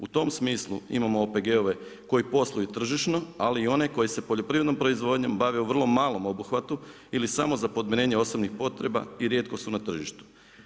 U tom smislu imamo OPG-ove koji posluju tržišno ali i one koji se poljoprivrednom proizvodnjom bave u vrlo malom obuhvatu ili samo za podmirenje osobnih potreba i rijetko su na tržištu.